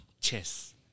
chess